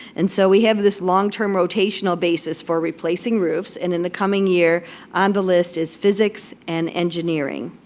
and so we have this long-term rotational basis for replacing roofs, and in the coming year on the list is physics and engineering.